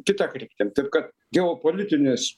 kita kryptim taip kad geopolitinis